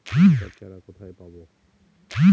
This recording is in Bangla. লঙ্কার চারা কোথায় পাবো?